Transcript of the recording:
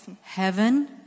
Heaven